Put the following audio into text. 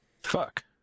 Fuck